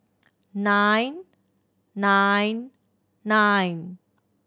nine nine nine